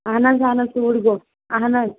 اَہن حظ اَہن حظ توٗر گوٚو اَہن حظ